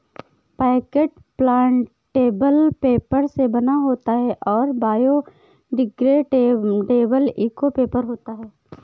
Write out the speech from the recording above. packet plantable paper से बना होता है और बायोडिग्रेडेबल इको पेपर होता है